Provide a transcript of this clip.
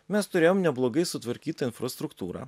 mes turėjom neblogai sutvarkytą infrastruktūrą